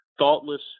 thoughtless